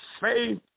faith